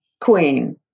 Queen